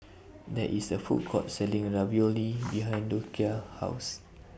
There IS A Food Court Selling Ravioli behind Docia's House